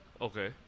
Okay